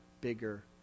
bigger